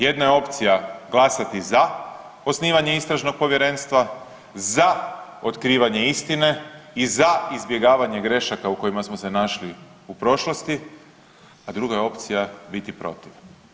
Jedna je opcija glasati za osnivanje istražnog povjerenstva, za otkrivanje istine i za izbjegavanje grešaka u kojima smo se našli u prošlosti, a druga je opcija biti protiv.